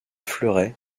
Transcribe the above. fleuret